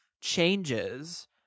changes